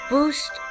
Boost